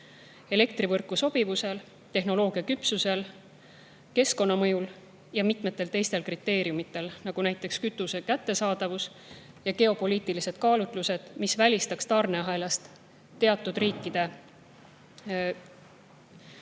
elektrivõrku sobivusel, tehnoloogia küpsusel, keskkonnamõjul ja mitmetel teistel kriteeriumidel, nagu kütuse kättesaadavus ja geopoliitilised kaalutlused, mis välistaks tarneahelas teatud riikide, näiteks